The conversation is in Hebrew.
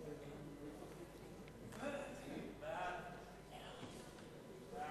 (תיקון).